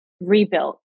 rebuilt